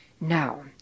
Now